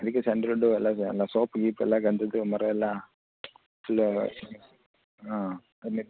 ಅದಕ್ಕೆ ಸ್ಯಾಂಡಲ್ವುಡ್ಡು ಎಲ್ಲ ಎಲ್ಲ ಸೋಪ್ ಗೀಪ್ ಎಲ್ಲ ಗಂಧದ ಮರ ಎಲ್ಲ ಫುಲ್ಲು ಹಾಂ